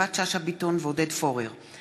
יפעת שאשא ביטון ועודד פורר בנושא: